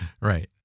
Right